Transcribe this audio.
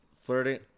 flirting